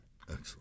Excellent